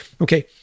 Okay